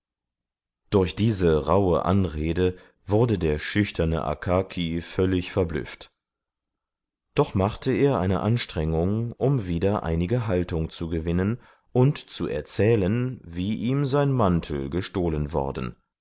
durch diese rauhe anrede wurde der schüchterne akaki völlig verblüfft doch machte er eine anstrengung um wieder einige haltung zu gewinnen und zu erzählen wie ihm sein mantel gestohlen worden